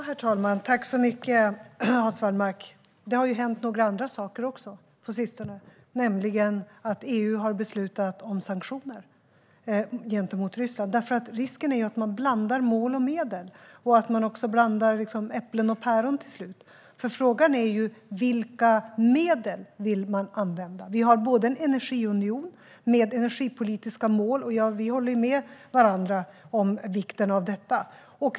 Herr talman! Tack så mycket, Hans Wallmark! Det har hänt några andra saker också på sistone, nämligen att EU har beslutat om sanktioner gentemot Ryssland. Risken är att man blandar mål och medel och att man till slut också blandar äpplen och päron. Frågan är: Vilka medel vill man använda? Vi har en energiunion med energipolitiska mål. Vi håller med varandra om vikten av detta.